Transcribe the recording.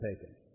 taken